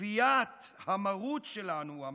כפיית המרות שלנו, הוא אמר,